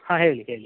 ಹಾಂ ಹೇಳಿ ಹೇಳಿ